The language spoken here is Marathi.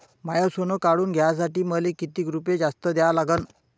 माय सोनं काढून घ्यासाठी मले कितीक रुपये जास्त द्या लागन?